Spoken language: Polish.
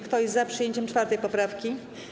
Kto jest za przyjęciem 4. poprawki?